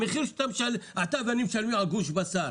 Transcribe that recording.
המחיר שאתה ואני משלמים על גוש בשר